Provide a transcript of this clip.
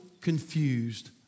confused